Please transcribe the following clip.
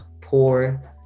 poor